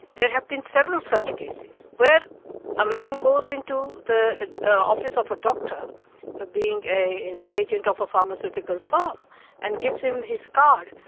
there have been several such cases where a man goes into the office of a doctor ah being the agent of a pharmaceutical firm and gives him his card.